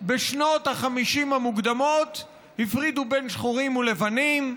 בשנות ה-50 המוקדמות הפרידו בין שחורים ולבנים,